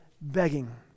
begging